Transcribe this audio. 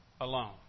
alone